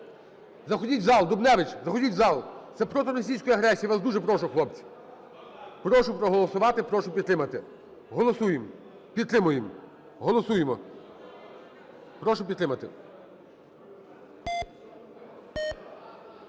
Заходіть в зал, Дубневич! Заходіть в зал! Це проти російської агресії, я вас дуже прошу, хлопці! Прошу проголосувати і прошу підтримати. Голосуємо, підтримуємо. Голосуємо. Прошу підтримати.